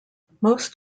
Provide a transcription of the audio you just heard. most